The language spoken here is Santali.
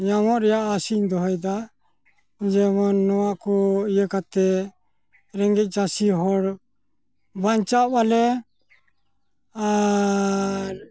ᱧᱟᱢᱚᱜ ᱨᱮᱭᱟᱜ ᱟᱥᱤᱧ ᱫᱚᱦᱚᱭᱮᱫᱟ ᱡᱮᱢᱚᱱ ᱱᱚᱣᱟᱠᱚ ᱤᱭᱟᱹ ᱠᱟᱛᱮᱫ ᱨᱮᱸᱜᱮᱡ ᱪᱟᱥᱤ ᱦᱚᱲ ᱵᱟᱧᱪᱟᱜ ᱢᱟᱞᱮ ᱟᱻᱨ